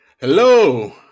Hello